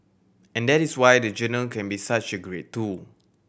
and that is why the journal can be such a great tool